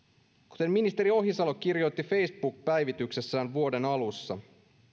kuten ministeri ohisalo kirjoitti facebook päivityksessään vuoden alussa